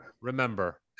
remember